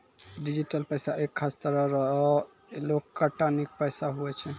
digital पैसा एक खास तरह रो एलोकटानिक पैसा हुवै छै